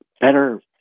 better